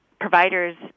providers